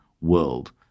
world